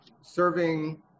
serving